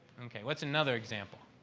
okay. what's another example?